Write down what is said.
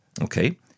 Okay